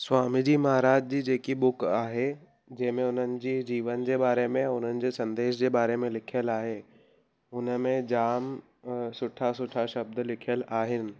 स्वामी जी महाराज जी जेकी बुक आहे जंहिंमें हुननि जी जीवन जे बारे में हुननि जे संदेश जे बारे में लिखियलु आहे उन में जामु सुठा सुठा शब्द लिखियलु आहिनि